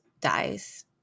dies